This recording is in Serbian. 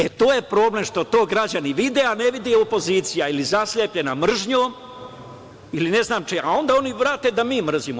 E, to je problem što to građani vide, a ne vidi opozicija, ili zaslepljena mržnjom ili ne znam čime, a onda oni vrate da mi mrzimo.